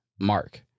mark